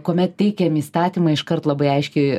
kuomet teikiam įstatymą iškart labai aiškiai